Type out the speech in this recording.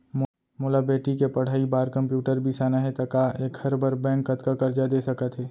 मोला बेटी के पढ़ई बार कम्प्यूटर बिसाना हे त का एखर बर बैंक कतका करजा दे सकत हे?